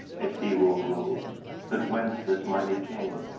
if he will rule but whence this mighty king?